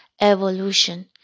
evolution